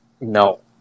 No